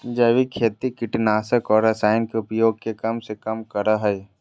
जैविक खेती कीटनाशक और रसायन के उपयोग के कम से कम करय हइ